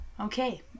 Okay